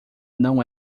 não